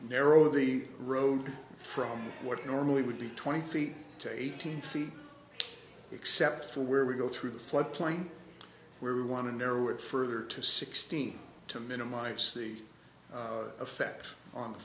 narrow the road from what normally would be twenty feet to eighteen feet except for where we go through the floodplain where we want to narrow it further to sixteen to minimize the effect on the